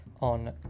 on